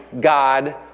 God